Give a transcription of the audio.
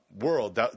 world